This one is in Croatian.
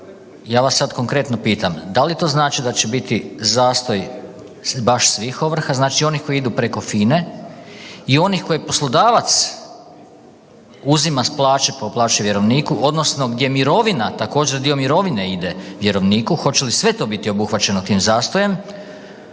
ja vas sad konkretno pitam, da li to znači da će biti zastoj baš svih ovrha, znači i onih koji idu preko FINE i onih koje poslodavac uzima s plaće pa uplaćuje vjerovniku odnosno gdje mirovina, također dio mirovine ide vjerovniku, hoće li sve to biti obuhvaćeno tim zastojem